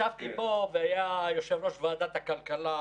ישבתי פה כשהיה יושב-ראש ועדת הכלכלה